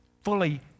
fully